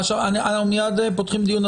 אנחנו מיד פותחים דיון.